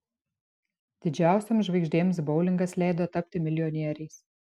didžiausioms žvaigždėms boulingas leido tapti milijonieriais